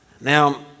now